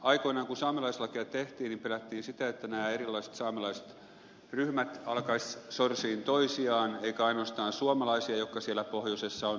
aikoinaan kun saamelaislakia tehtiin pelättiin sitä että nämä erilaiset saamelaiset ryhmät alkaisivat sorsia toisiaan eikä ainoastaan suomalaisia jotka siellä pohjoisessa ovat olleet